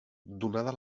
donada